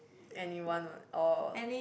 anyone one with all